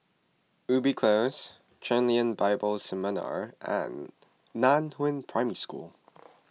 Ubi Close Chen Lien Bible Seminary and Nan Hua Primary School